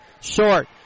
Short